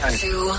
two